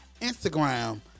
Instagram